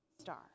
star